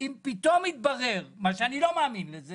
אם פתאום יתברר ואני לא מאמין לזה